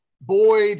Boyd